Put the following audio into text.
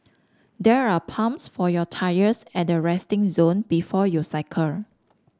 there are pumps for your tyres at the resting zone before you cycle